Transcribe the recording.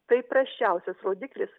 tai prasčiausias rodiklis